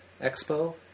Expo